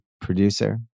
producer